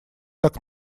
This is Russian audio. так